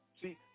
See